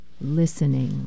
Listening